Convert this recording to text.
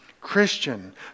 Christian